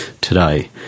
today